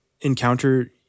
encounter